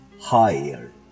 higher